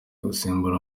gusimbura